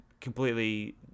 completely